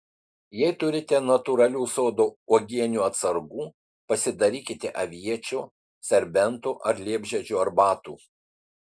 jei turite natūralių sodo uogienių atsargų pasidarykite aviečių serbentų ar liepžiedžių arbatų